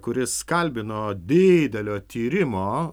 kuris kalbino didelio tyrimo